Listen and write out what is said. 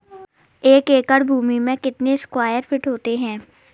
एक एकड़ भूमि में कितने स्क्वायर फिट होते हैं?